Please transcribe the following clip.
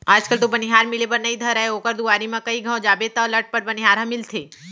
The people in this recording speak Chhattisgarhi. आज कल तो बनिहार मिले बर नइ धरय ओकर दुवारी म कइ घौं जाबे तौ लटपट बनिहार ह मिलथे